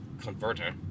converter